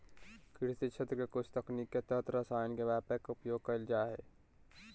कृषि क्षेत्र के कुछ तकनीक के तहत रसायन के व्यापक उपयोग कैल जा हइ